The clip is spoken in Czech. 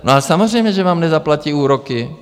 No a samozřejmě že vám nezaplatí úroky!